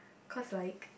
cause like